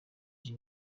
ari